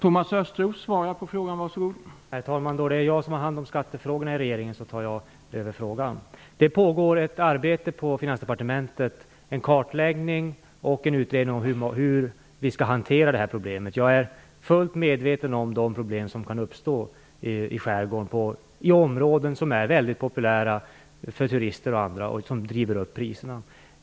Herr talman! Eftersom jag har hand om skattefrågorna i regeringen tar jag över den här frågan. Det pågår ett arbete på Finansdepartementet. Det görs en kartläggning och en utredning om hur vi skall hantera detta problem. Jag är fullt medveten om de problem som kan uppstå i skärgården, i områden som är väldigt populära för turister och andra, vilket driver upp priserna.